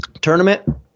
tournament